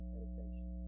Meditation